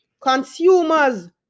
Consumers